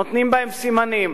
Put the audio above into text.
נותנים בהם סימנים.